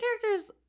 characters